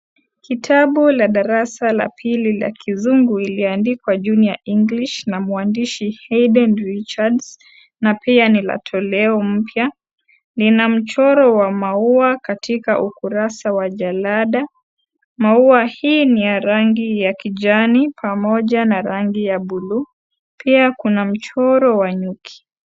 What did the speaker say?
Kitabu la darasa la pili la kizungu iliyoandikwa Junior English na mwandishi Haydn Richards na pia ni la toleo mpya. Lina mchoro wa maua katika ukurasa wa jarada. Maua hii ni ya rangi ya kijani pamoja na rangi ya bluu, pia kuna mchoro wa nyuki.